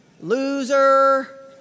Loser